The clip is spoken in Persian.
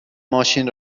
ماشین